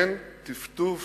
אין טפטוף